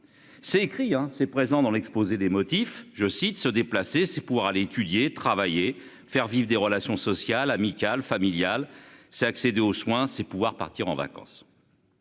C'est écrit hein c'est présent dans l'exposé des motifs je cite se déplacer c'est pour aller étudier travailler, faire vivre des relations sociales amical, familial, c'est accéder aux soins, c'est pouvoir partir en vacances.--